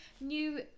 new